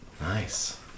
nice